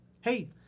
Hey